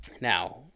Now